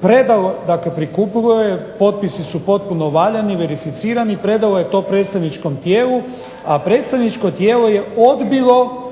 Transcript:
predalo. Dakle, prikupilo je, potpisi su potpuno valjani, verificirani i predao je to predstavničkom tijelu. A predstavničko tijelo je odbilo